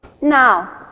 Now